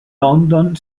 london